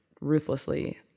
ruthlessly